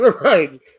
right